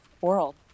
world